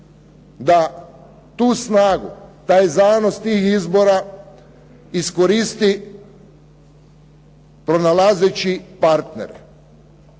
da tu snagu, taj zanos tih izbora iskoristi pronalazeći partnere